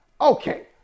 Okay